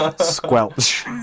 Squelch